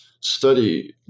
study